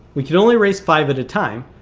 we can only race five at a time,